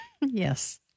Yes